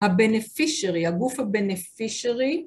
ה-beneficiary, הגוף ה-beneficiary